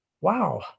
wow